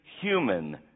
human